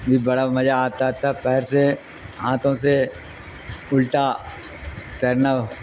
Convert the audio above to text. بھی بڑا مجہ آتا تھا پیر سے ہنھوں سے الٹا تیرنا